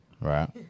right